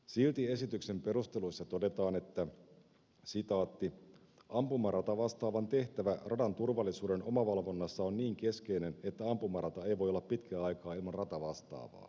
silti esityksen perusteluissa todetaan että ampumaratavastaavan tehtävä radan turvallisuuden omavalvonnassa on niin keskeinen että ampumarata ei voi olla pitkää aikaa ilman ratavastaavaa